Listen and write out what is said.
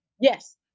Yes